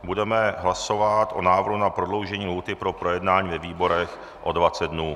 Budeme hlasovat o návrhu na prodloužení lhůty pro projednávání ve výborech o 20 dnů.